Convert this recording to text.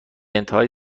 انتهای